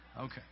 Okay